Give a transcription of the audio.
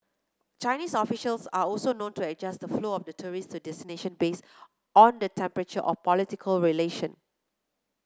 Chinese officials are also known to adjust the flow of tourist to destination based on the temperature of political relation